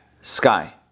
sky